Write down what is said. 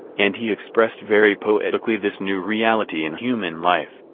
and he expressed very poetically this new reality in human life,